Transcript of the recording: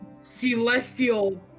celestial